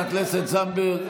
חברת הכנסת זנדברג,